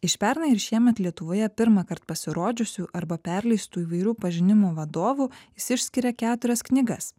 iš pernai ir šiemet lietuvoje pirmąkart pasirodžiusių arba perleistų įvairių pažinimų vadovų jis išskiria keturias knygas